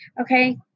Okay